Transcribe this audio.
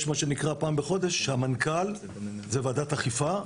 בנוסף יש פעם בחודש ועדת אכיפה,